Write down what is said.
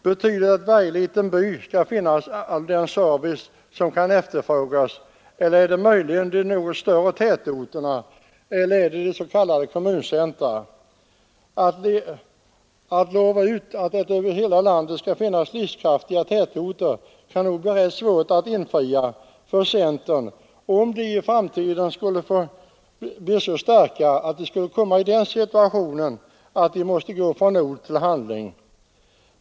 Betyder det att man i varje liten by skall ha all den service som kan efterfrågas? Eller skall detta möjligen vara fallet i de något större tätorterna eller i de s.k. kommuncentra? Löftet att det över hela landet skall finnas livskraftiga tätorter kan nog bli rätt svårt att infria för centern, om partiet i framtiden skulle bli så starkt att det måste gå från ord till handling.